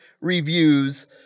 reviews